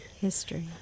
History